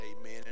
Amen